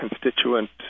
constituent